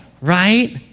Right